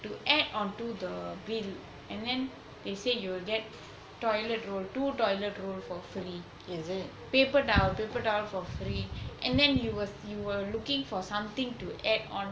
to add onto the bill and then they say you will get toilet roll two toilet roll for free paper towel paper towel for free and then you were looking for something to add on